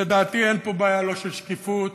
לדעתי אין פה בעיה, לא בעיה של שקיפות